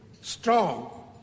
strong